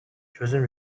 çözüm